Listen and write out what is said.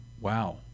wow